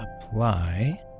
apply